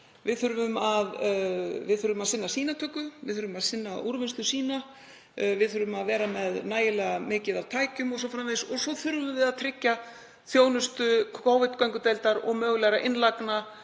Við þurfum að sinna sýnatöku. Við þurfum að sinna úrvinnslu sýna, við þurfum að vera með nægilega mikið af tækjum o.s.frv. og svo þurfum við að tryggja þjónustu Covid-göngudeildar og huga að mögulegum